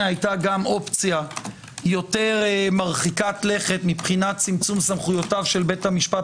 הייתה גם אופציה יותר מרחיקת לכת מבחינת צמצום סמכויותיו של בית המשפט